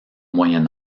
moyen